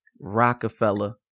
Rockefeller